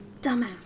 Dumbass